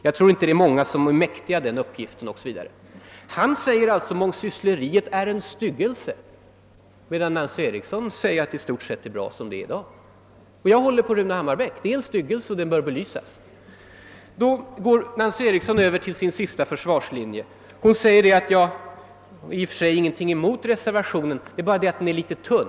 Jag tror inte det finns många som är mäktiga den uppgiften.» Han säger alltså att mångsyssleriet är en »styggelse», medan fru Nancy Eriksson tycker att det i stort sett är bra som det är i dag. Jag delar Rune Hammarbäcks uppfattning och anser det här är en styggelse som bör belysas med en utredning. Sedan gick Nancy Eriksson över till sin sista försvarslinje. Hon sade att hon i och för sig inte har någonting emot reservationen utom det att den är litet för tunn.